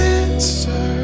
answer